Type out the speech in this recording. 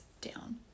down